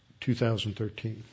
2013